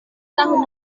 tahun